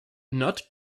not